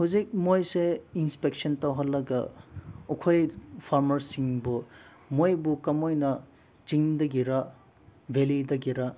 ꯍꯧꯖꯤꯛ ꯃꯣꯏꯁꯦ ꯏꯟꯁꯄꯦꯛꯁꯟ ꯇꯧꯍꯜꯂꯒ ꯑꯩꯈꯣꯏ ꯐꯥꯔꯃꯔꯁꯤꯡꯕꯨ ꯃꯣꯏꯕꯨ ꯀꯃꯥꯏꯅ ꯆꯤꯡꯗꯒꯤꯔ ꯚꯦꯂꯤꯗꯒꯤꯔ